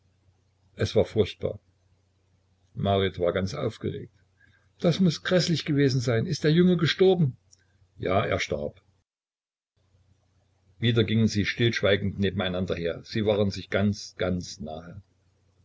es war furchtbar marit war ganz aufgeregt das muß gräßlich gewesen sein ist der junge gestorben ja er starb wieder gingen sie stillschweigend neben einander her sie waren sich ganz ganz nahe